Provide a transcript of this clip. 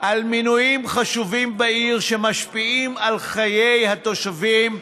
ועל מינויים חשובים בעיר שמשפיעים על חיי התושבים.